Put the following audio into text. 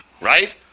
right